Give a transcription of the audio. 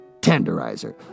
tenderizer